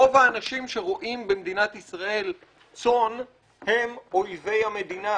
רוב האנשים שרועים במדינת ישראל צאן הם אויבי המדינה,